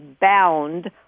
bound